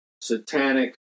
satanic